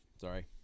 Sorry